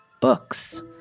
Books